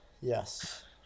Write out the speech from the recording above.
Yes